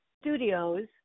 studios